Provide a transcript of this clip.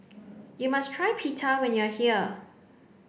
you must try Pita when you are here